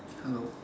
hello